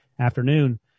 afternoon